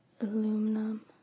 Aluminum